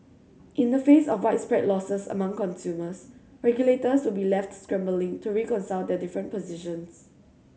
in the face of widespread losses among consumers regulators would be left scrambling to reconcile that their different positions